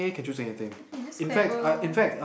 he's just clever lor